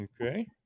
okay